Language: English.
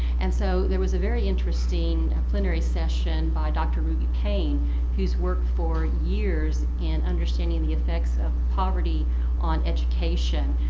and so there was a very interesting preliminary session by dr. ruby pain who's worked for years in understanding the effects of poverty on education.